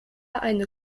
eine